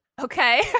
Okay